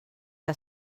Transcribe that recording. que